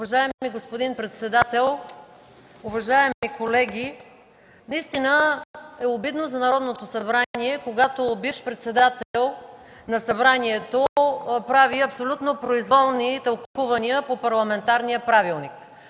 Уважаеми господин председател, уважаеми колеги, наистина е обидно за Народното събрание, когато бивш председател на Събранието прави абсолютно произволни тълкувания по парламентарния правилник.